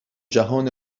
جهان